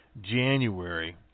January